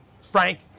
Frank